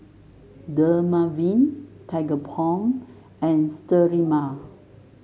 Dermaveen Tigerbalm and Sterimar